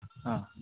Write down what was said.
ᱦᱚᱸ